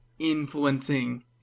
influencing